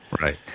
Right